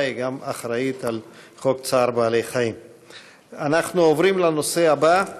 חברי הכנסת, בעד,